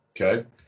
Okay